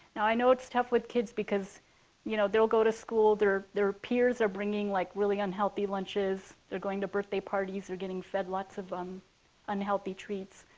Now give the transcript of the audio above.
now i know it's tough with kids because you know they'll go to school. their peers are bringing, like, really unhealthy lunches. they're going to birthday parties. they're getting fed lots of um unhealthy treats.